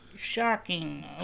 shocking